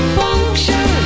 function